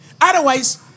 otherwise